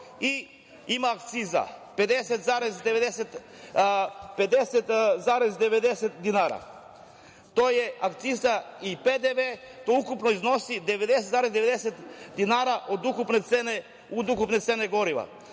i ima akciza 50,90 dinara, to je akciza i PDV, to ukupno iznosi 90,90 dinara od ukupne cene goriva.